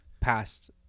past